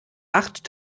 acht